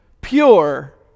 pure